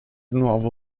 nuovo